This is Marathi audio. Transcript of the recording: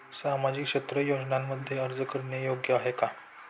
सामाजिक क्षेत्र योजनांमध्ये अर्ज करणे योग्य आहे का?